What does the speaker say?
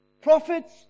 Prophets